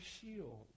shield